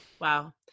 Wow